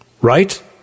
Right